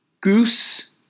Goose